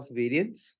variance